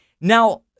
Now